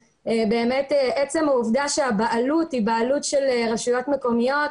עצם העובדה שהבעלות היא בעלות של רשויות מקומיות,